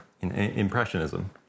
impressionism